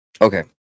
Okay